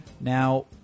now